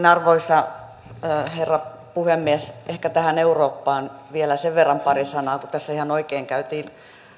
arvoisa herra puhemies ehkä tähän eurooppaan vielä sen verran pari sanaa kun tässä ihan oikein käytiin